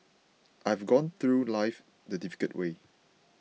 I have gone through life the difficult way